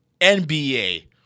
NBA